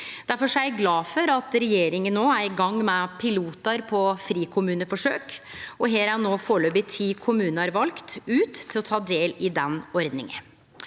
Difor er eg glad for at regjeringa no er i gang med pilotar på frikommuneforsøk. Her er no foreløpig ti kommunar valde ut til å ta del i den ordninga.